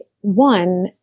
One